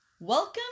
welcome